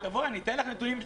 תבואי, אני אתן לך נתונים.